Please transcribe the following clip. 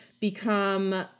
become